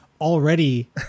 already